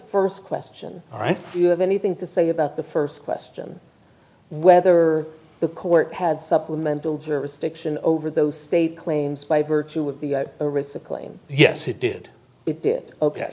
first question all right you have anything to say about the first question whether the court had supplemental jurisdiction over those state claims by virtue of the claim yes it did it